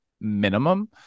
minimum